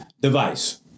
device